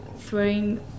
throwing